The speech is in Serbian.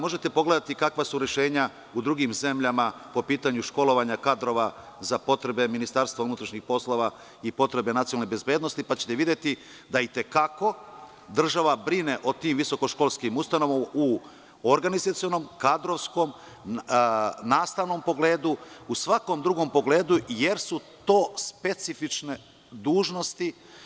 Možete pogledati kakva su rešenja u drugim zemljama po pitanju školovanja kadrova za potrebe Ministarstva unutrašnjih poslova i potrebe nacionalne bezbednosti, pa ćete videti da i te kako država brine o tim visokoškolskim ustanovama u organizacionom, kadrovskom, nastavnom iu svakom drugom pogledu, jer su to specifične dužnosti.